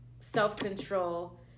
self-control